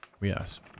Yes